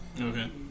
Okay